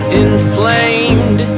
inflamed